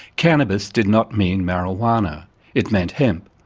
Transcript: cannabis did not mean marijuana it meant hemp,